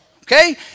Okay